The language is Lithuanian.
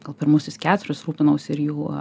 gal pirmuosius keturis rūpinausi ir jų